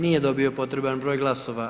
Nije dobio potreban broj glasova.